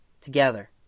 together